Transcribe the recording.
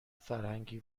فرهنگی